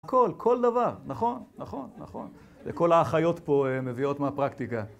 כל, כל דבר, נכון, נכון, נכון, וכל האחיות פה מביאות מהפרקטיקה